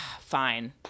Fine